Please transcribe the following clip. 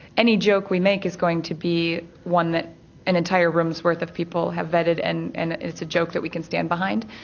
any joke we make is going to be one that an entire room's worth of people have vetted, and and it's a joke that we can stand behind.